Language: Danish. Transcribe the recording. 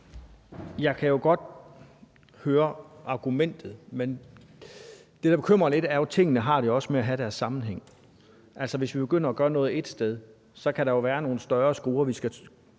Jeg kan jo godt høre argumentet, men det, der bekymrer mig lidt, er, at tingene jo også har det med at have en sammenhæng. Hvis vi begynder at gøre noget ét sted, kan der være nogle større skruer, vi skal